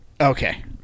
Okay